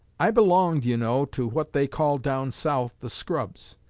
i belonged, you know, to what they call down south the scrubs.